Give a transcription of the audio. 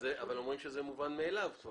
אבל אומרים שזה מובן מאליו.